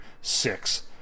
six